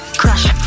Crush